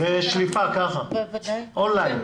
בשליפה, ככה, און-ליין.